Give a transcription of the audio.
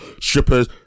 strippers